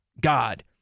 god